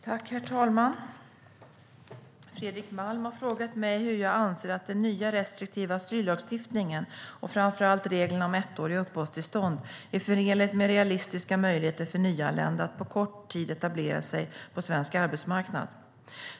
Svar på interpellationer Herr talman! Fredrik Malm har frågat mig hur jag anser att den nya restriktiva asyllagstiftningen och framför allt reglerna om ettåriga uppehållstillstånd är förenligt med realistiska möjligheter för nyanlända att på kort tid etablera sig på svensk arbetsmarknad.